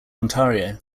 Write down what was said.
ontario